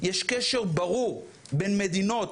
יש קשר ברור בין מדינות,